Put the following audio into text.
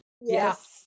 Yes